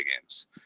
games